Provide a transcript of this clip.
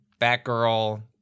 Batgirl